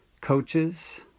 coaches